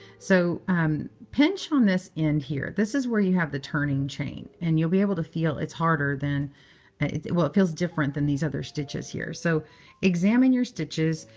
so um pinch on this end here. this is where you have the turning chain, and you'll be able to feel it's harder than well, it feels different than these other stitches here. so examine your stitches.